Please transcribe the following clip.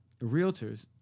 realtors